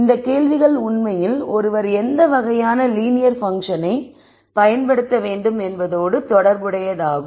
இந்த கேள்விகள் உண்மையில் ஒருவர் எந்த வகையான லீனியர் பன்க்ஷனை பயன்படுத்த வேண்டும் என்பதோடு தொடர்புடையதாகும்